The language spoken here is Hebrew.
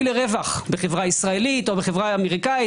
לרווח בחברה ישראלית או בחברה אמרקאית.